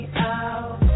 out